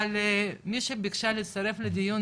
אבל מי שביקשה להצטרף לדיון,